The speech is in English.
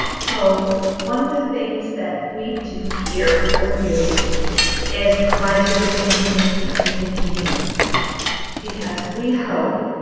so one of the things that we do here for you is provide you with information that we think you need because we hope,